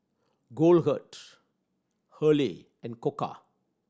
Goldheart Hurley and Koka